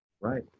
Right